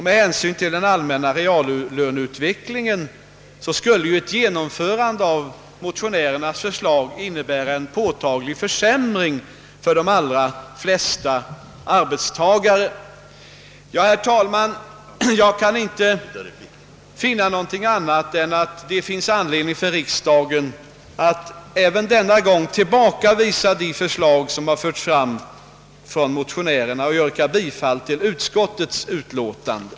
Med hänsyn till den allmänna reallöneutvecklingen skulle ett genomförande av motionärernas förslag innebära en påtaglig försämring för de allra flesta arbetstagare. Herr talman! Jag kan inte finna annat än att riksdagen har anledning att även denna gång tillbakavisa de förslag som har förts fram av motionärerna, och jag yrkar bifall till utskottets hemställan.